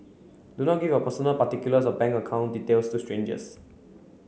do not give your personal particulars or bank account details to strangers